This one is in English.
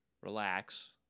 relax